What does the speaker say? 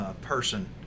person